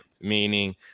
meaning